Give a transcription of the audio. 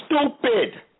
Stupid